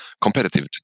competitive